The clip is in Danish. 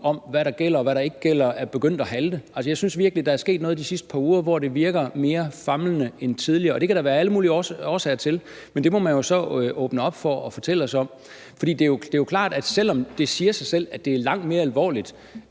om, hvad der gælder, og hvad der ikke gælder, er begyndt at halte. Altså, jeg synes virkelig, der er sket noget i de sidste par uger, hvor det virker mere famlende end tidligere, og det kan der være alle mulige årsager til, men det må man jo så åbne op for og fortælle os om. For det er jo klart, at selv om det siger sig selv, at det er langt mere alvorligt,